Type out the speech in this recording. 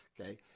Okay